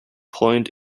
point